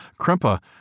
Krempa